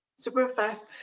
super fast.